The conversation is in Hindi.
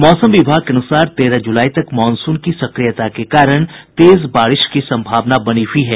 मौसम विभाग के अनुसार तेरह जुलाई तक मॉनसून की सक्रियता के कारण के तेज बारिश की सम्भावना बनी हुई है